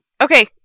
Okay